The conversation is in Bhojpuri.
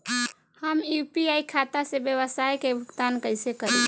हम यू.पी.आई खाता से व्यावसाय के भुगतान कइसे करि?